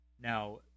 Now